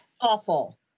Awful